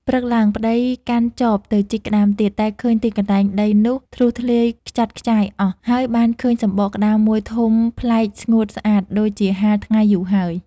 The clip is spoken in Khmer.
ព្រឹកឡើង ប្ដីកាន់ចបទៅជីកក្ដាមទៀត តែឃើញទីកន្លែងដីនោះធ្លុះធ្លាយខ្ចាត់ខ្ចាយអស់ ហើយបានឃើញសំបកក្ដាមមួយធំប្លែកស្ងួតស្អាតដូចជាហាលថ្ងៃយូរហើយ។